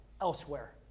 elsewhere